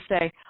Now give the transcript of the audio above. say